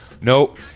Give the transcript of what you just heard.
Nope